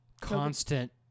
constant